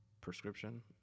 prescription